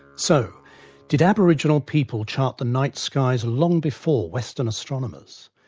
so did aboriginal people chart the night skies long before western astronomers?